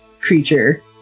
creature